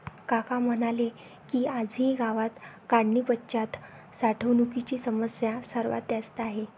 काका म्हणाले की, आजही गावात काढणीपश्चात साठवणुकीची समस्या सर्वात जास्त आहे